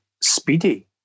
speedy